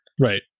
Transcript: Right